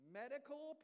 medical